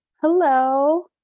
Hello